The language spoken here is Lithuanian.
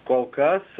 kol kas